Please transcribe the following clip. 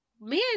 man